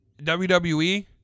WWE